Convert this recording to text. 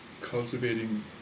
cultivating